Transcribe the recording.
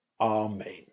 Amen